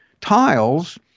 tiles